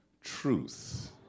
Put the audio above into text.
truth